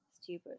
stupid